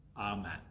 Amen